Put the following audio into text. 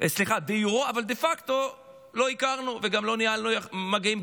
אבל דה פקטו לא הכרנו בו, וגם לא ניהלנו מגעים.